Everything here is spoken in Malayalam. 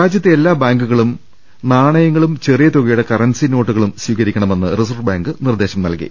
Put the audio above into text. രാജ്യത്തെ എല്ലാ ബാങ്കുകളും നാണയങ്ങളും ചെറിയ തുകയുടെ കറൻസി നോട്ടുകളും സ്വീകരിക്കണമെന്ന് റിസർവ് ബാങ്ക് നിർദ്ദേശം നൽകി